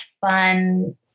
fun